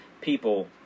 people